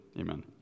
Amen